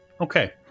Okay